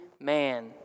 man